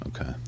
okay